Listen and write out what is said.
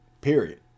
Period